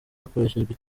hakoreshejwe